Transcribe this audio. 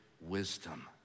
wisdom